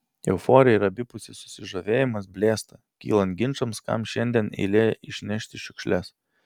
euforija ir abipusis susižavėjimas blėsta kylant ginčams kam šiandien eilė išnešti šiukšles